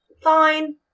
fine